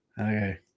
okay